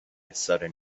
sudden